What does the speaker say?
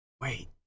Wait